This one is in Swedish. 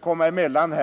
komma emellan.